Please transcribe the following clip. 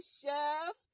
chef